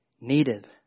needed